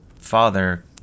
father